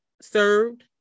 served